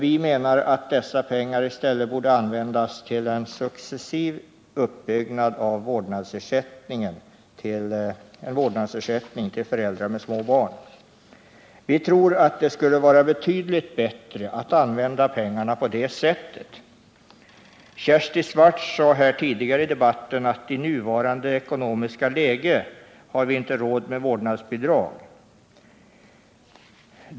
Vi menar att dessa pengar i stället borde användas till en successiv uppbyggnad av en vårdnadsersättning till föräldrar med småbarn. Vi tror att det skulle vara betydligt bättre att använda pengarna på det sättet. Kersti Swartz sade tidigare i debatten att vi i nuvarande ekonomiska läge inte har råd med vårdnadsbidrag.